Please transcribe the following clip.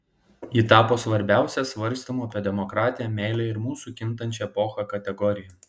ji tapo svarbiausia svarstymų apie demokratiją meilę ir mūsų kintančią epochą kategorija